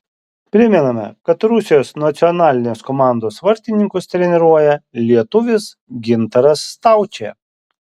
primename kad rusijos nacionalinės komandos vartininkus treniruoja lietuvis gintaras staučė